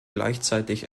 gleichzeitig